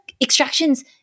extractions